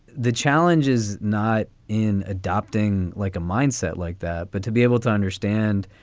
the challenge is not in adopting like a mindset like that, but to be able to understand.